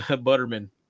butterman